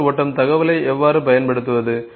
தகவல் ஓட்டம் தகவலை எவ்வாறு பயன்படுத்துவது